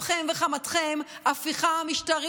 כי אנחנו עושים על אפכם ועל חמתכם הפיכה משטרית.